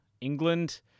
England